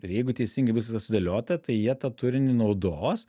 ir jeigu teisingai viskas sudėliota tai jie tą turinį naudos